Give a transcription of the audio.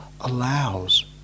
allows